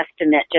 estimate